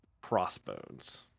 Crossbones